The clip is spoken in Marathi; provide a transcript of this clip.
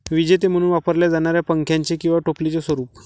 विजेते म्हणून वापरल्या जाणाऱ्या पंख्याचे किंवा टोपलीचे स्वरूप